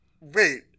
Wait